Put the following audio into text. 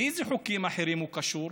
לאיזה חוקים אחרים הוא קשור?